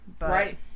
Right